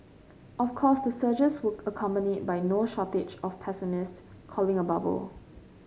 of course the surges would accompanied by no shortage of pessimists calling a bubble